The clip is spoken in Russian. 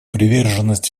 приверженность